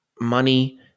money